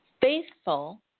faithful